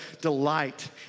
delight